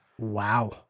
Wow